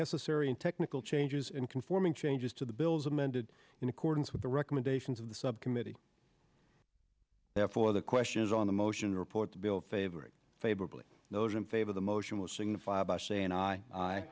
necessary and technical changes and conforming changes to the bills amended in accordance with the recommendations of the subcommittee therefore the question is on the motion to report the bill favoring favorably those in favor the motion will signify by saying i i